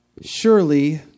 Surely